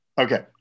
Okay